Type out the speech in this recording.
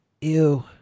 Ew